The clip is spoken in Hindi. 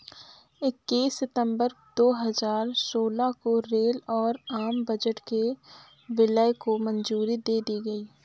इक्कीस सितंबर दो हजार सोलह को रेल और आम बजट के विलय को मंजूरी दे दी गयी